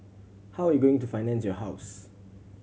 how are you going to finance your house